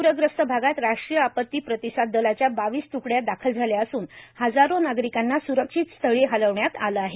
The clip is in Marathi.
पूरग्रस्त भागात राष्ट्रीय आपती प्रतिसाद दलाच्या बावीस तुकड्या दाखल झाल्या असून हजारो नागरिकांना सुरक्षित स्थळी हलवण्यात आलं आहे